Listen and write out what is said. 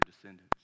descendants